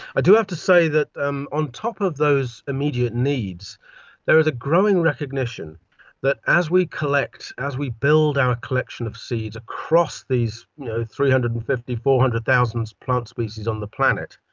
i do have to say that um on top of those immediate needs there is a growing recognition that as we collect, as we build our collection of seeds across these you know three hundred and fifty thousand, four hundred thousand plant species on the planet,